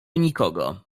nikogo